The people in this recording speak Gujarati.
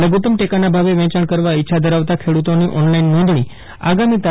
લધુ તમ ટેકાના ભાવે વેચાણ કરવા ઈચ્છા ધરાવતા ખેડૂતોની ઓનલાઇન નોંધણી આગામી તા